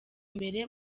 mbere